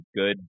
good